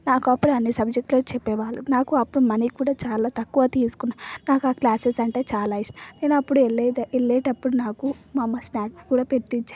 నాకు అప్పుడు అన్నీ సబ్జెక్ట్లు చెప్పేవాళ్ళు నాకు అప్పుడు మనీ కూడా చాలా తక్కువ తీసుకునే వాళ్ళు నాకు ఆ క్లాసెస్ అంటే చాలా ఇష్టం నేను అప్పుడు ఎల్లేద్ వెళ్ళేటప్పుడు నాకు మా అమ్మ స్నాక్స్ కూడా పెట్టిచ్చేది